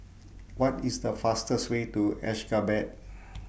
What IS The fastest Way to Ashgabat